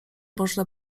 można